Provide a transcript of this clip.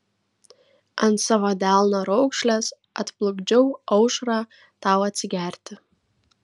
ant savo delno raukšlės atplukdžiau aušrą tau atsigerti